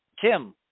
Tim